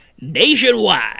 nationwide